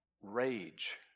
Rage